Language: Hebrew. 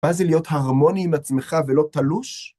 מה זה להיות הרמוני עם עצמך ולא תלוש?